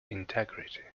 integrity